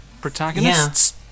Protagonists